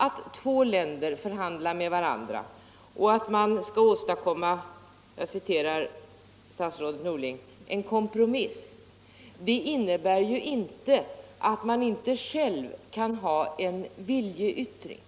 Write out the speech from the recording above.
Att två länder förhandlar med varandra och försöker åstadkomma — jag citerar statsrådet Norling — ”en kompromiss”, innebär ju inte att man inte själv kan förete en viljeyttring.